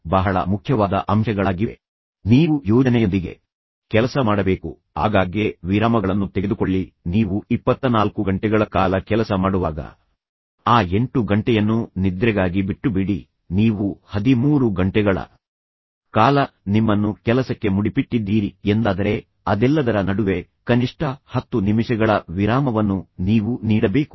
ನೀವು ಮಾಡುವ ಯಾವುದೇ ಕೆಲಸದಲ್ಲಿ ಜಾಗರೂಕರಾಗಿರಲು ಪ್ರಯತ್ನಿಸಿ ಮತ್ತು ನೀವು ಯೋಜನೆಯೊಂದಿಗೆ ಕೆಲಸ ಮಾಡಬೇಕು ಮತ್ತು ನಂತರ ನಿಮ್ಮ ಕೆಲಸದಿಂದ ಆಗಾಗ್ಗೆ ವಿರಾಮಗಳನ್ನು ತೆಗೆದುಕೊಳ್ಳಿ ನೀವು ಇಪ್ಪತ್ತನಾಲ್ಕು ಗಂಟೆಗಳ ಕಾಲ ಕೆಲಸ ಮಾಡುವಾಗ ಆ ಎಂಟು ಗಂಟೆಯನ್ನು ನಿದ್ರೆಗಾಗಿ ಬಿಟ್ಟುಬಿಡಿ ನೀವು ಹದಿಮೂರು ಗಂಟೆಗಳ ಕಾಲ ನಿಮ್ಮನ್ನು ಕೆಲಸಕ್ಕೆ ಮುಡಿಪಿಟ್ಟಿದ್ದೀರಿ ಎಂದಾದರೆ ಅದೆಲ್ಲದರ ನಡುವೆ ಕನಿಷ್ಠ ಹತ್ತು ನಿಮಿಷಗಳ ವಿರಾಮವನ್ನು ನೀವು ನೀಡಬೇಕು